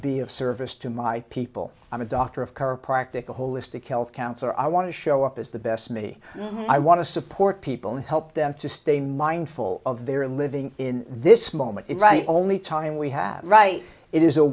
be of service to my people i'm a doctor of car a practical holistic health counselor i want to show up as the best me i want to support people and help them to stay mindful of their living in this moment is right only time we have right it is a